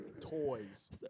Toys